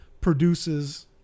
produces